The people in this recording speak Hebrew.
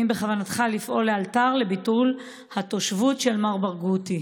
2. האם בכוונתך לפעול לאלתר לביטול התושבות של מר ברגותי?